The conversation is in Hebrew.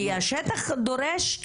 כי האם השטח דורש?